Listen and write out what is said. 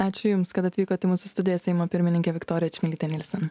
ačiū jums kad atvykot į mūsų studiją seimo pirmininkė viktorija čmilytė nylsen